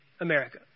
America